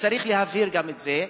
צריך להבהיר גם את זה.